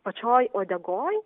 pačioj uodegoj